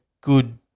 good